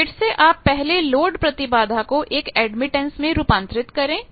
तो फिर से आप पहले लोड प्रतिबाधा को एक एडमिटेंस में रूपांतरित करें